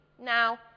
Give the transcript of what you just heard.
Now